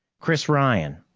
chris ryan,